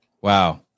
Wow